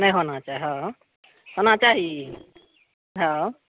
नहि होना चाही हँ होना चाही हँ